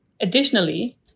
Additionally